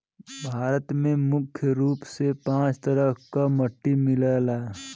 भारत में मुख्य रूप से पांच तरह क मट्टी मिलला